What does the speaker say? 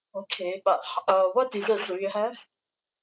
okay but h~ uh what desserts do you have